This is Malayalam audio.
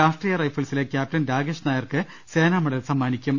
രാഷ്ട്രീയ റൈഫിൾസിലെ ക്യാപ്റ്റൻ രാകേഷ് നായർക്ക് സേനാ മെഡൽ സമ്മാനി ക്കും